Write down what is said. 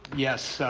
yes,